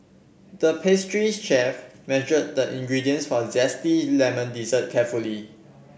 the pastry chef measured the ingredients for a zesty lemon dessert carefully